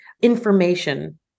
information